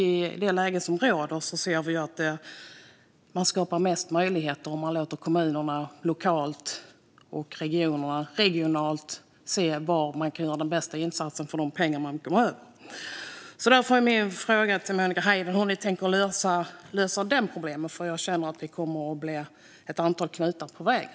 I det läge som råder ser vi att man skapar mest möjligheter om man låter kommunerna lokalt och regionerna regionalt se var de kan göra den bästa insatsen för de pengar de får. Därför är min fråga till Monica Haider: Hur tänker ni lösa det problemet? Jag känner att det kommer att bli ett antal knutar på vägen.